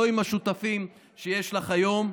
לא עם השותפים שיש לך היום.